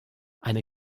eine